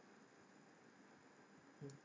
mm